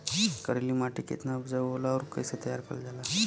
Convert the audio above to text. करेली माटी कितना उपजाऊ होला और कैसे तैयार करल जाला?